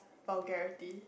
vulgarity